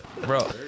Bro